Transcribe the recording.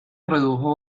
redujo